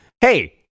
hey